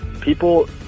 People